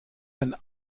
ein